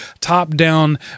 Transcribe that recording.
top-down